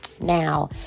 now